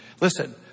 listen